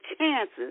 chances